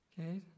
Okay